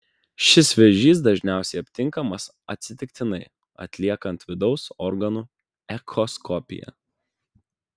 šis vėžys dažniausiai aptinkamas atsitiktinai atliekant vidaus organų echoskopiją